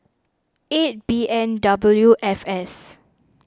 eight B N W F S